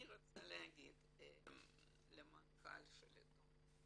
אני רוצה להגיד למנכ"ל העיתון,